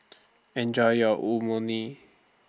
Enjoy your